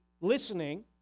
listening